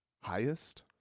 highest